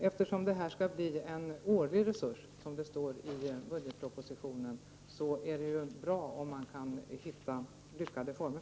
Eftersom det här skall bli en årlig resurs, som det står i budgetpropositionen, är det bra om man kan hitta lyckade former.